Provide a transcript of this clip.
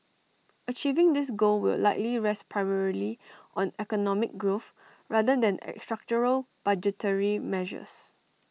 achieving this goal will likely rest primarily on economic growth rather than any structural budgetary measures